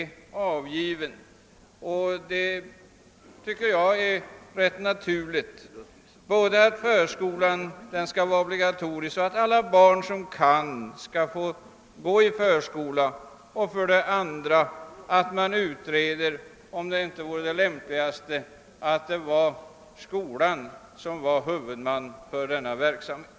Jag tycker att det är rätt naturligt, för det första att förskolan är obligatorisk för att alla barn som så kan skall få gå i förskola och för det andra att man utreder om det inte vore lämpligast att skolöverstyrelsen är huvudman för denna verksamhet.